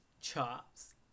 Chops